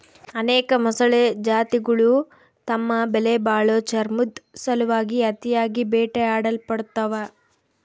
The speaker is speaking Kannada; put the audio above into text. ಅನೇಕ ಮೊಸಳೆ ಜಾತಿಗುಳು ತಮ್ಮ ಬೆಲೆಬಾಳೋ ಚರ್ಮುದ್ ಸಲುವಾಗಿ ಅತಿಯಾಗಿ ಬೇಟೆಯಾಡಲ್ಪಡ್ತವ